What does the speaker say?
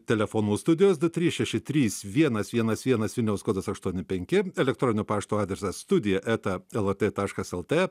telefonų studijos du trys šeši trys vienas vienas vienas vilniaus kodas aštuoni penki elektroninio pašto adresas studija eta lrt taškas lt